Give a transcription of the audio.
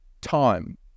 time